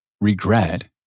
regret